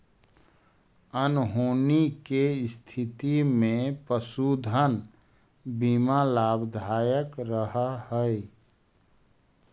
अनहोनी के स्थिति में पशुधन बीमा लाभदायक रह हई